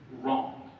wrong